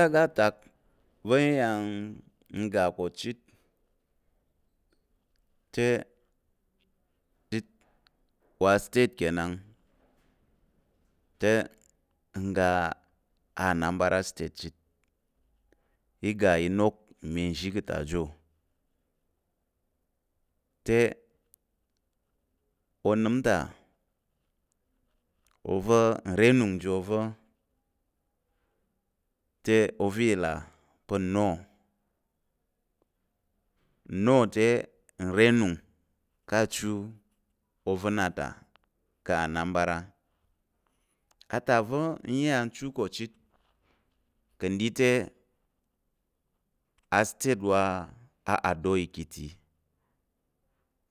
Ka ashe oga atak va̱ n iya n ga ko chit te wa astate kenan te n ga aanambara. State chit, i ga inok me nzhi ka̱ ta jo, te onəm ta ova̱ nre nung njo oza̱ te oza̱ i là pa̱. Nno nno te nre nung ká̱ achu ova̱ na ta ka̱ aanambara, atak va̱ n iya n chu ko chit. ka̱ ɗi te, astate wa adoyi